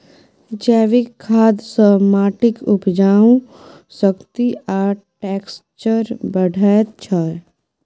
जैबिक खाद सँ माटिक उपजाउ शक्ति आ टैक्सचर बढ़ैत छै